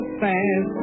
fast